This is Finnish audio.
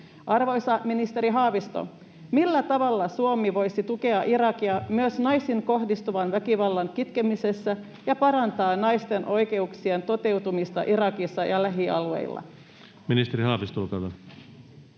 Arvoisa ministeri Haavisto, millä tavalla Suomi voisi tukea Irakia myös naisiin kohdistuvan väkivallan kitkemisessä ja parantaa naisten oikeuksien toteutumista Irakissa ja lähialueilla? [Speech 109] Speaker: